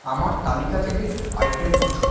আমার তালিকা থেকে আইটেম মোছো